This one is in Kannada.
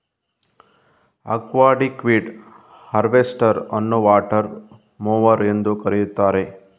ಅಕ್ವಾಟಿಕ್ವೀಡ್ ಹಾರ್ವೆಸ್ಟರ್ ಅನ್ನುವಾಟರ್ ಮೊವರ್ ಎಂದೂ ಕರೆಯುತ್ತಾರೆ